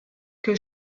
que